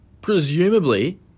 Presumably